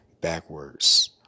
Backwards